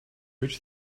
where